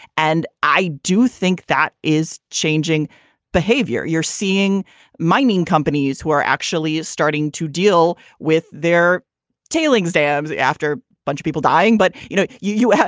and i do think that is changing behavior. you're seeing mining companies who are actually starting to deal with their tailings dams after bunch of people dying. but you know, you. yeah